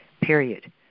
Period